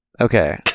Okay